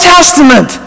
Testament